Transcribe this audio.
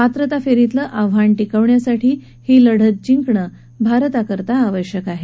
पात्रता फेरीतलं आव्हान टिकवण्यासाठी ही लढत जिंकणं भारताकरता आवश्यक आहे